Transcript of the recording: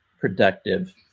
productive